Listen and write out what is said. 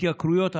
התייקרויות,